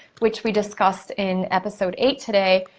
which we discussed in episode eight today,